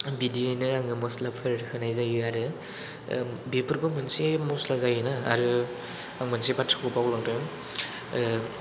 बिदियैनो आङो मस्लाफोर होनाय जायो आरो बेफोरबो मोनसे मस्ला जायो ना आरो आं मोनसे बाथ्राखौ बावलांदों ओ